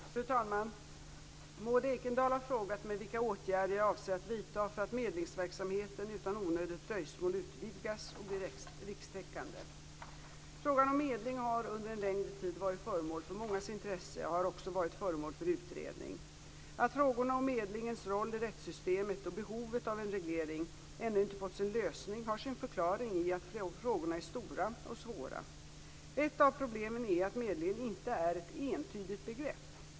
Fru talman! Maud Ekendahl har frågat mig vilka åtgärder jag avser att vidta för att medlingsverksamheten utan onödigt dröjsmål utvidgas och blir rikstäckande. Frågan om medling har under en längre tid varit föremål för mångas intresse och har också varit föremål för utredning. Att frågorna om medlingens roll i rättssystemet och behovet av en reglering ännu inte fått sin lösning har sin förklaring i att frågorna är stora och svåra. Ett av problemen är att medling inte är ett entydigt begrepp.